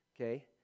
okay